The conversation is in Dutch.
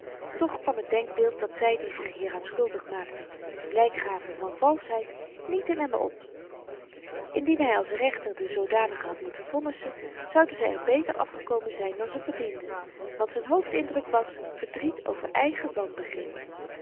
toch kwam t denkbeeld dat zy die zich hieraan schuldig maakten blyk gaven van valsheid niet in hem op indien hy als rechter de zoodanigen had moeten vonnissen zouden zy er beter afgekomen zyn dan ze verdienden want z'n hoofdindruk was verdriet over eigen wanbegrip